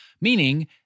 meaning